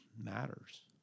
matters